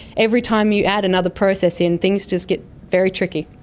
every time you add another process in, things just get very tricky.